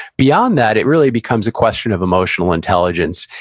beyond that, it really becomes a question of emotional intelligence,